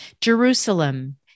Jerusalem